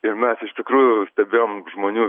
ir mes iš tikrųjų stebėjom žmonių